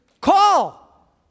call